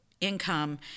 income